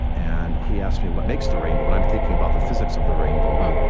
and he asked me what makes the rainbow, and i'm thinking about the physics of the rainbow.